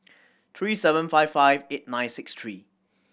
three seven five five eight nine six three